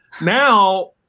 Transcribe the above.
Now